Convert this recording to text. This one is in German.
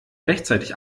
rechtzeitig